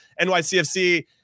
NYCFC